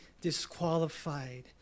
disqualified